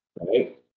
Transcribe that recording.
right